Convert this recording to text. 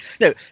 No